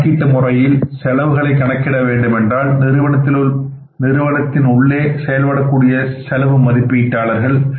இந்த கணக்கீட்டு முறையில் செலவுகளை கணக்கிட வேண்டும் என்றால் நிறுவனத்தின் உள்ளே செயல்படக்கூடிய செலவு மதிப்பீட்டாளர்கள்